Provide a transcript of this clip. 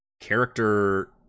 character